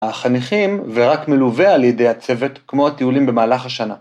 החניכים ורק מלווה על ידי הצוות כמו הטיולים במהלך השנה.